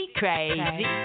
crazy